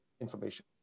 information